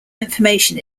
information